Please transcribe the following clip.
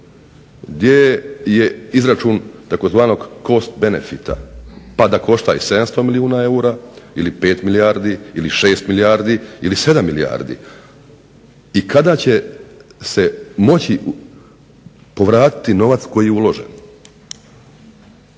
Gdje je izračun tzv. "cost benefita"? Pa da košta i 700 milijuna eura ili 5 milijardi ili 6 milijardi ili 7 milijardi, i kada će se moći povratiti novac koji je uložen?